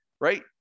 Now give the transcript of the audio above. right